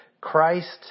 Christ